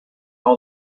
all